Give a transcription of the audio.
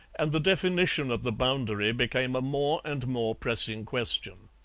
and the definition of the boundary became a more and more pressing question.